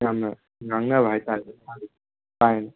ꯌꯥꯝꯅ ꯉꯥꯡꯅꯕ ꯍꯥꯏꯇꯥꯔꯦ ꯄꯥꯏꯑꯅ